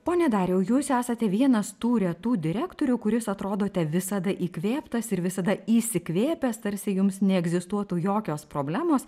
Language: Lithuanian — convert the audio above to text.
pone dariau jūs esate vienas tų retų direktorių kuris atrodote visada įkvėptas ir visada įsikvėpęs tarsi jums neegzistuotų jokios problemos